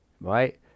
right